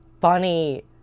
funny